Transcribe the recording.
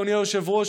אדוני היושב-ראש,